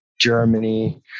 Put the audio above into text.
germany